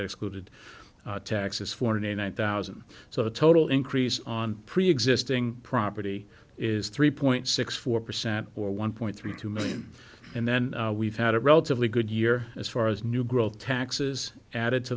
excluded taxes for ninety nine thousand so the total increase on preexisting property is three point six four percent or one point three two million and then we've had a relatively good year as far as new growth taxes added to